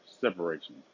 separation